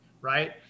right